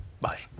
Bye